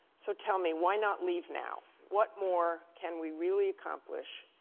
so tell me, why not leave now? what more can we really accomplish?